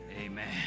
Amen